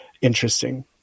interesting